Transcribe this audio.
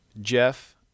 Jeff